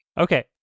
okay